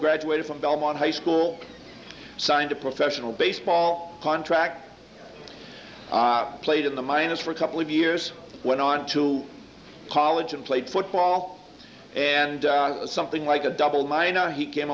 graduated from belmont high school signed a professional baseball contract played in the minors for a couple of years went on to college and played football and something like a double my you know he came